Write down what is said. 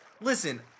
Listen